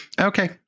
Okay